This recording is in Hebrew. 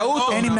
הצבעה לא אושרו.